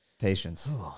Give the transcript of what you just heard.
Patience